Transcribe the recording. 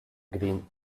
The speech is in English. green